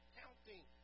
counting